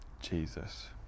Jesus